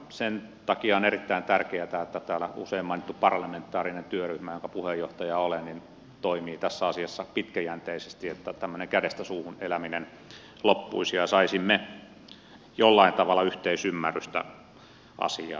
sen takia on erittäin tärkeätä että täällä usein mainittu parlamentaarinen työryhmä jonka puheenjohtaja olen toimii tässä asiassa pitkäjänteisesti että tämmöinen kädestä suuhun eläminen loppuisi ja saisimme jollain tavalla yhteisymmärrystä asiaan